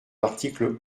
l’article